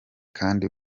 kandi